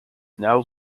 now